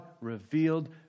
revealed